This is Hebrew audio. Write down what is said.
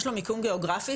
יש לו מיקום גאוגרפי,